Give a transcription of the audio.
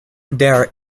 there